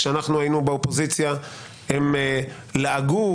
כשאנחנו היינו באופוזיציה הם לעגו,